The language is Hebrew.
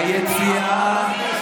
הינה.